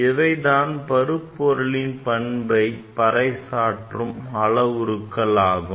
இவைதான் பருப்பொருளின் பண்பை பறைசாற்றும் அளவுருக்கள் ஆகும்